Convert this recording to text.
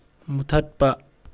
ꯃꯨꯊꯠꯄ